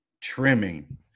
trimming